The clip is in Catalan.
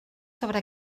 sobre